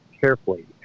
carefully